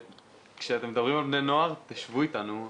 כשאתם מדברים על בני נוער תשבו איתנו.